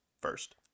first